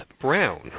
Brown